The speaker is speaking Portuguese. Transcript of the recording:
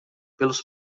pelos